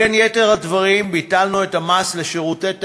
בין יתר הדברים, ביטלנו את המס על שירותי תיירות,